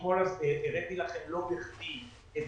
לא בכדי הבאתי לכם את